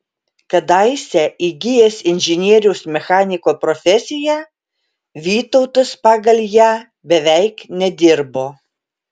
kadaise įgijęs inžinieriaus mechaniko profesiją vytautas pagal ją beveik nedirbo